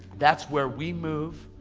that's where we move,